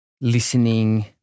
listening